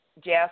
Jeff